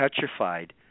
petrified